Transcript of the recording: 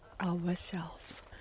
ourself